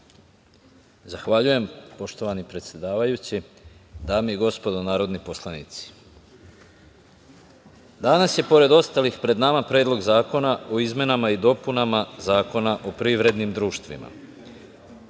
Zahvaljujem. Poštovani predsedavajući, dame i gospodo narodni poslanici, danas je pored ostalih pred nama Predlog zakona o izmenama i dopunama Zakona o privrednim društvima. Kao